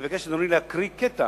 אני מבקש, אדוני, להקריא קטע